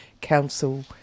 council